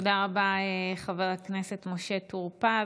תודה רבה, חבר הכנסת משה טור פז.